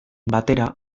batera